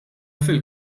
fil